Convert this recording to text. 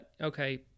Okay